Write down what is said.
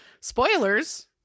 Spoilers